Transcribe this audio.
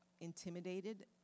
intimidated